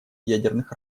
ядерных